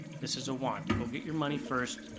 this is a want, go get your money first,